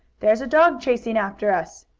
there's a dog chasing after us!